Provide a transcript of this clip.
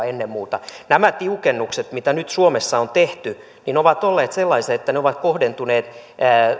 ennen muuta nämä tiukennukset mitä nyt suomessa on tehty ovat olleet sellaisia että ne ovat kohdentuneet